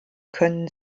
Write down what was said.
können